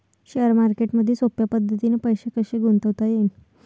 Share मार्केटमधी सोप्या पद्धतीने पैसे कसे गुंतवता येईन?